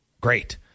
Great